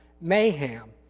mayhem